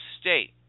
State